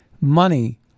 money